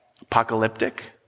apocalyptic